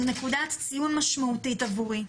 זו נקודת ציון משמעותית עבורי,